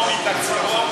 לא מתקציבו,